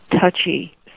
touchy